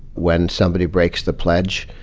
when somebody breaks the pledge,